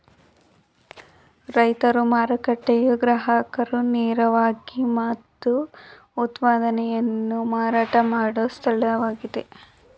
ರೈತರ ಮಾರುಕಟ್ಟೆಯು ಗ್ರಾಹಕರು ನೇರವಾಗಿ ತಮ್ಮ ಉತ್ಪನ್ನಗಳನ್ನು ಮಾರಾಟ ಮಾಡೋ ಸ್ಥಳವಾಗಿದೆ